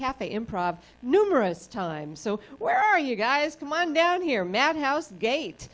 cafe improv numerous times so where are you guys come on down here madhouse